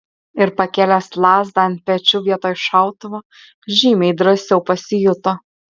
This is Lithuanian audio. ir pakėlęs lazdą ant pečių vietoj šautuvo žymiai drąsiau pasijuto